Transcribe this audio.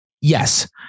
Yes